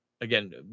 again